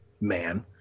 man